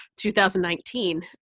2019